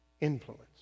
influence